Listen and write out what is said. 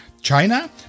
China